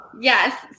Yes